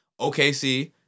OKC